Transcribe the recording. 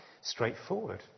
straightforward